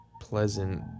pleasant